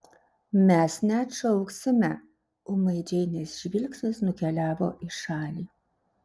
mes neatšauksime ūmai džeinės žvilgsnis nukeliavo į šalį